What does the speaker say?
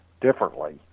differently